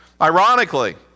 Ironically